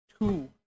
two